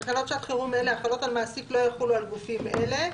(ב)תקנות שעת חירום אלה החלות על מעסיק לא יחולו על גופים אלה,